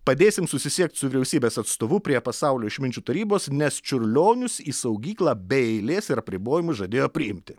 padėsim susisiekt su vyriausybės atstovu prie pasaulio išminčių tarybos nes čiurlionius į saugyklą bei eilės ir apribojimų žadėjo priimti